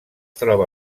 troba